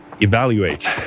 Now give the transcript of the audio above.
evaluate